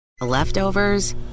Leftovers